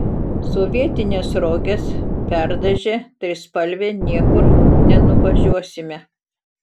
sovietines roges perdažę trispalve niekur nenuvažiuosime